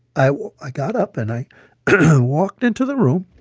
i i got up, and i walked into the room,